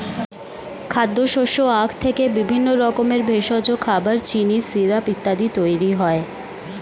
খাদ্যশস্য আখ থেকে বিভিন্ন রকমের ভেষজ, খাবার, চিনি, সিরাপ ইত্যাদি তৈরি হয়